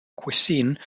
cuisine